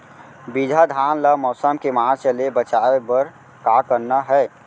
बिजहा धान ला मौसम के मार्च ले बचाए बर का करना है?